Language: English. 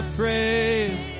praise